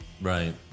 Right